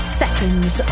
seconds